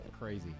Crazy